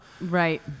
right